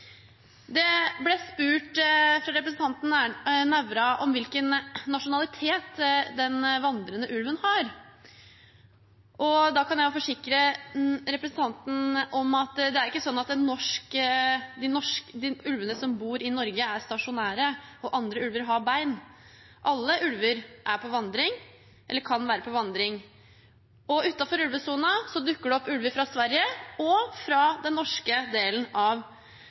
Det ble spurt fra representanten Nævra om hvilken nasjonalitet den vandrende ulven har. Da kan jeg forsikre representanten om at det ikke er sånn at ulvene som bor i Norge, er stasjonære, og at andre ulver har bein. Alle ulver er på vandring, eller kan være på vandring. Utenfor ulvesonen dukker det opp ulver fra Sverige og fra den norske delen av